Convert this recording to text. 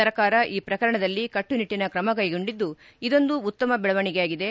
ಸರ್ಕಾರ ಈ ಪ್ರಕರಣದಲ್ಲಿ ಕಟ್ವುನಿಟ್ವಿನ ಕ್ರಮ ಕೈಗೊಂಡಿದ್ದು ಇದೊಂದು ಉತ್ತಮ ಬೆಳವಣೆಗೆಯಾಗಿದೆ